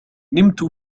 نمت